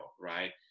right